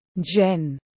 Jen